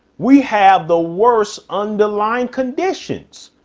we have the worst underlying conditions.